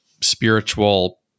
spiritual